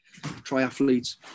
triathletes